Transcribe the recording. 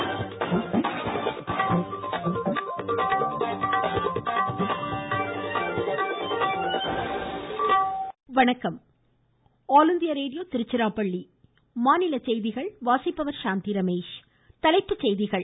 Parameswaran All India Radio Tiruchirappalli மாநிலச் செய்திகள் தலைப்புச் செய்திகள்